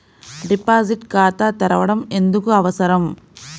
Deposit ఖాతా తెరవడం ఎందుకు అవసరం?